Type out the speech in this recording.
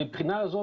מהבחינה הזאת,